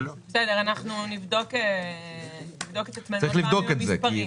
לא גובים את המס,